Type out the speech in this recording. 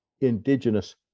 indigenous